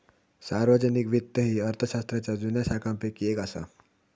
सार्वजनिक वित्त ही अर्थशास्त्राच्या जुन्या शाखांपैकी येक असा